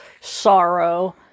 sorrow